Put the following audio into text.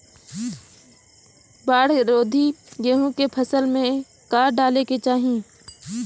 बाढ़ रोधी गेहूँ के फसल में का डाले के चाही?